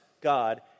God